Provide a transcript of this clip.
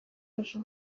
duzu